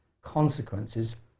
consequences